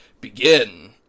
begin